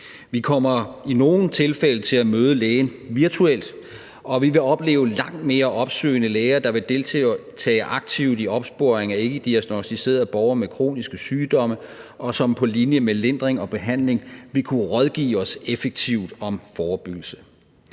Vi kommer i nogle tilfælde til at møde lægen virtuelt, og vi vil opleve langt mere opsøgende læger, der vil deltage aktivt i opsporing af ikkediagnosticerede borgere med kroniske sygdomme, og som på linje med lindring og behandling vil kunne rådgive os effektivt om forebyggelse.